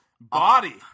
body